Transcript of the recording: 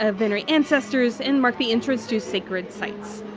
ah venerate ancestors, and mark the entrance to sacred sites.